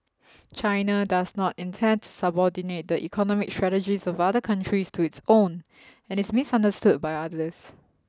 China does not intend to subordinate the economic strategies of other countries to its own and is misunderstood by others